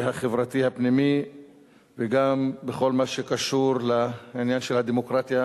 החברתי הפנימי וגם בכל מה שקשור לעניין של הדמוקרטיה,